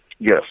Yes